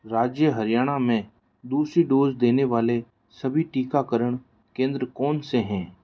राज्य हरियाणा में दूसरी डोज़ देने वाले सभी टीकाकरण केंद्र कौन से हैं